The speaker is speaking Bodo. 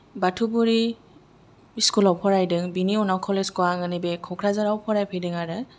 बाथौफुरि स्कुलाव फरायदों बिनि उनाव कलेजखौ आङो नैबे क'क्राझाराव फरायफैदों आरो